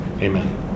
amen